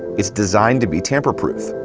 it's designed to be tamper proof.